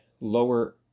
lower